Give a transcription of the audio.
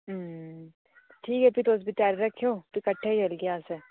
हूं ठीक ऐ फ्ही तुस त्यारी रक्खेओ फ्ही कट्ठे गै चलगे अस